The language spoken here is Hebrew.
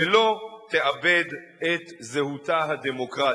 ולא תאבד את זהותה הדמוקרטית.